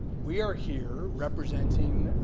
we are here representing